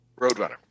Roadrunner